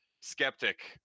skeptic